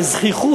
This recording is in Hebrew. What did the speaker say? בזחיחות,